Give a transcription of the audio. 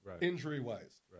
injury-wise